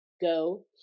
go